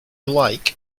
like